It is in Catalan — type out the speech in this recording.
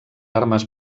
armes